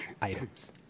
items